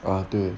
啊对